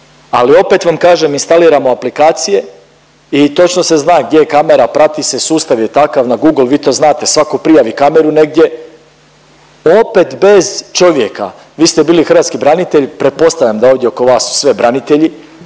ali opet vam kažem instaliramo aplikacije i točno se zna gdje je kamera, prati se sustav je takav na Google, vi to znate, svako prijavi kameru negdje. Opet bez čovjeka, vi ste bili hrvatski branitelj, pretpostavljam da ovdje oko vas su sve branitelji